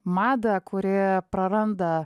madą kurie praranda